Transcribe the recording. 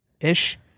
Ish